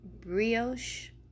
Brioche